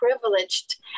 privileged